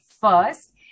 first